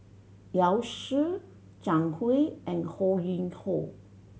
Yao Zi Zhang Hui and Ho Yuen Hoe